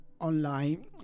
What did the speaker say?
online